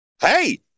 hey